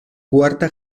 cuarta